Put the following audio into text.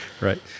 Right